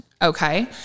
Okay